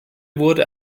wurde